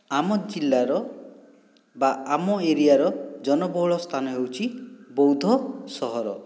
ଆମ ଜିଲ୍ଲାର ବା ଆମ ଏରିଆର ଜନବହୁଳ ସ୍ଥାନ ହେଉଛି ବଉଦ ସହର